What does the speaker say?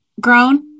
grown